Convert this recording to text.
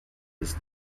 ist